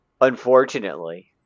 Unfortunately